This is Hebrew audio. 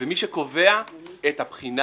ומי שקובע את הבחינה